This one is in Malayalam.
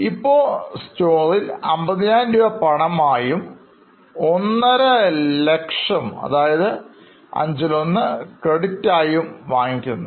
ഇപ്പോൾ സ്റ്റോറിൽ 50000 രൂപ പണമായും 150000 അതായത് അഞ്ചിലൊന്ന് ക്രെഡിറ്റ് ആയും വാങ്ങുന്നു